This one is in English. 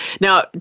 now